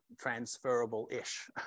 transferable-ish